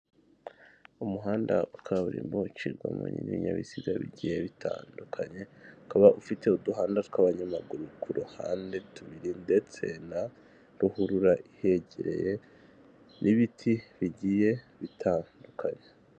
Umuhanda wa kaburimbo ucibwamo n'ibinyabiziga bigiye bitandukanye, ukaba ufite uduhanda tw'abanyamaguru ku ruhande tubiri ndetse na ruhurura ihegereye n'ibiti bigiye bitandukanye.